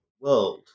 world